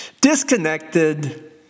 disconnected